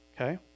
okay